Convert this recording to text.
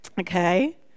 okay